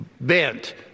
bent